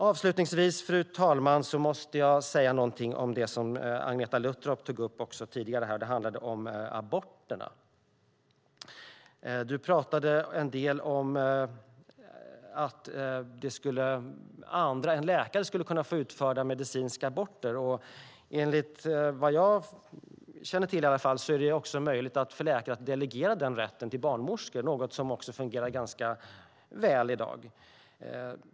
Avslutningsvis, fru talman, måste jag säga någonting om det som Agneta Luttropp tog upp här tidigare. Det handlade om aborterna. Agneta Luttropp pratade en del om att andra än läkare skulle kunna få utföra medicinska aborter. Enligt vad jag känner till är det möjligt för läkare att delegera den rätten till barnmorskor, och det är något som fungerar ganska väl i dag.